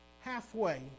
halfway